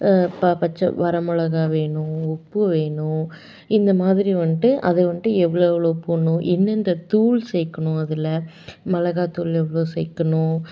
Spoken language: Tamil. பச்சை வரமிளகா வேணும் உப்பு வேணும் இந்த மாதிரி வந்துட்டு அதை வந்துட்டு எவ்வளோ எவ்வளோ போடணும் எந்தெந்த தூள் சேர்க்கணும் அதில் மிளகாத்தூளு எவ்வளோ சேர்க்கணும்